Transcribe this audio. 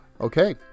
okay